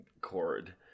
Cord